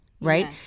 right